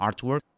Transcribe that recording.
artwork